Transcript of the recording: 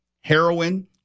heroin